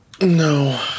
No